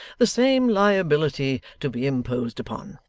the same liability to be imposed upon.